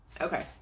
Okay